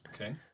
Okay